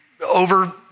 over